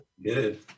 Good